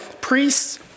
priests